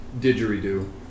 Didgeridoo